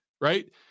Right